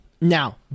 Now